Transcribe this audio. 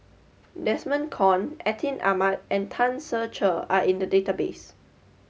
Desmond Kon Atin Amat and Tan Ser Cher are in the database